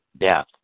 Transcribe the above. death